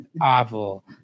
awful